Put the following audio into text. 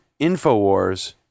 Infowars